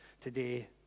today